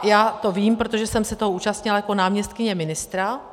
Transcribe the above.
Já to vím, protože jsem se toho účastnila jako náměstkyně ministra.